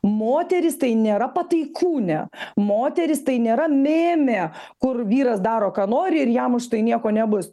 moteris tai nėra pataikūnė moteris tai nėra mėmė kur vyras daro ką nori ir jam už tai nieko nebus